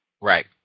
Right